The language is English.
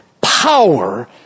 power